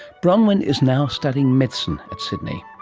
bronwen is now studying medicine at sydney